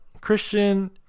Christian